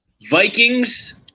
Vikings